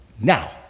now